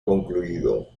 concluido